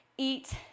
eat